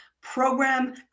program